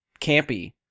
campy